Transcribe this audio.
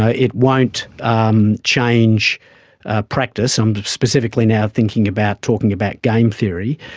ah it won't um change ah practice. um specifically now thinking about talking about game theory.